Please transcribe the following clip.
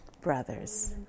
brothers